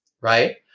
right